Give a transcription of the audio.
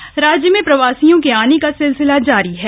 घर वापसी राज्य में प्रवासियों के आने का सिलसिला जारी है